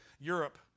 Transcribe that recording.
Europe